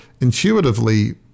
intuitively